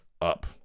up